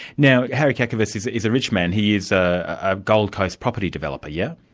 now harry kakavas is is a rich man, he is ah a gold coast property developer, yes?